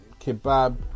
kebab